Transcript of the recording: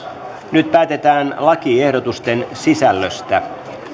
nyt päätetään lakiehdotusten sisällöstä